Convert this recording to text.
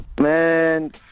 Man